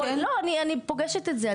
לא, אני פוגשת את זה.